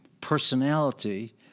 personality